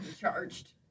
Charged